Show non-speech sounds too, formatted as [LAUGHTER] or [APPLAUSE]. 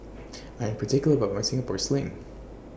[NOISE] I'm particular about My Singapore Sling